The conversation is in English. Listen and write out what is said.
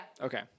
Okay